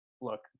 look